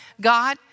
God